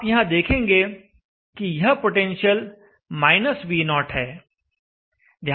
आप यहां देखेंगे कि यह पोटेंशियल V0 है